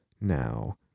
now